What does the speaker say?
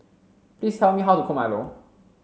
please tell me how to cook Milo